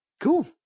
Cool